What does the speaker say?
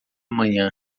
manhã